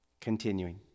Continuing